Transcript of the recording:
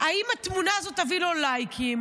האם התמונה הזאת תביא לו לייקים,